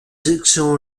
section